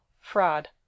fraud